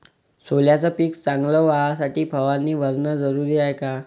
सोल्याचं पिक चांगलं व्हासाठी फवारणी भरनं जरुरी हाये का?